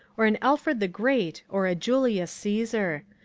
or an alfred the great or a julius caesar.